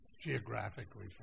geographically